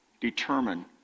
determine